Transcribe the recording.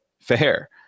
fair